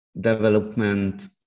development